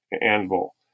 anvil